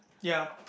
ya